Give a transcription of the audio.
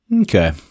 okay